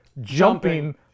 jumping